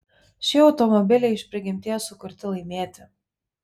šie automobiliai iš prigimties sukurti laimėti